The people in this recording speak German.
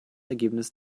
ergebnis